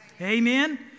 Amen